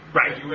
right